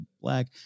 black